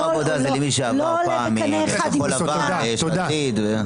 עבודה זה למי שעבר פעם מכחול לבן ליש עתיד.